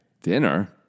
Dinner